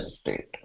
state